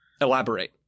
Elaborate